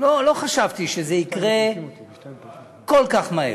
לא חשבתי שזה יקרה כל כך מהר,